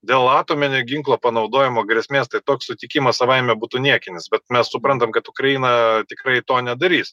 dėl atominio ginklo panaudojimo grėsmės tai toks sutikimas savaime būtų niekinis bet mes suprantam kad ukraina tikrai to nedarys